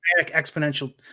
exponential